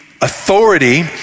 authority